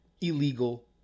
illegal